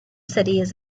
cities